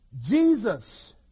Jesus